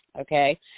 okay